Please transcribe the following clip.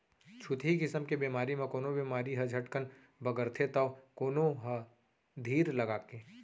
छुतही किसम के बेमारी म कोनो बेमारी ह झटकन बगरथे तौ कोनो ह धीर लगाके